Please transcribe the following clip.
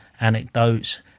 anecdotes